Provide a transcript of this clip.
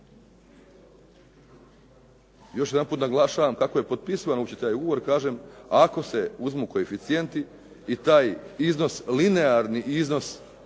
Još jedanput naglašavam kako je potpisala ona uopće taj ugovor kažem ako se uzmu koeficijenti i taj iznos linearni iznos